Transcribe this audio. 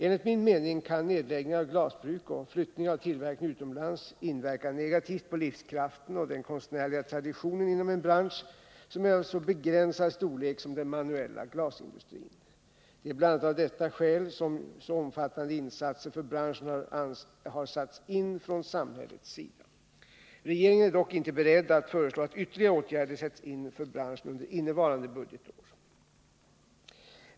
Enligt min mening kan nedläggningar av glasbruk och flyttning av tillverkning utomlands inverka negativt på livskraften och den konstnärliga traditionen inom en bransch som är av så begränsad storlek som den manuella glasindustrin. Det är bl.a. av detta skäl som så omfattande insatser för branschen har satts in från samhällets sida. Regeringen är dock inte beredd att föreslå att ytterligare åtgärder sätts in för branschen under innevarande budgetår.